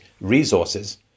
resources